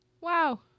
wow